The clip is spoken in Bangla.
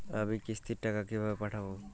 আমি কিস্তির টাকা কিভাবে পাঠাব?